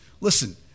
listen